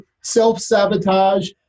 self-sabotage